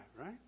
right